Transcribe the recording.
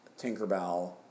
Tinkerbell